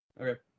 Okay